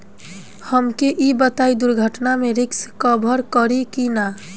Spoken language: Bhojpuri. हमके ई बताईं दुर्घटना में रिस्क कभर करी कि ना?